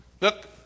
look